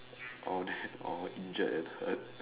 all of them all injured and hurt